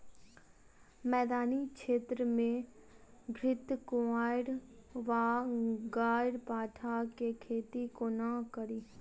मैदानी क्षेत्र मे घृतक्वाइर वा ग्यारपाठा केँ खेती कोना कड़ी?